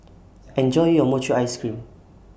Enjoy your Mochi Ice Cream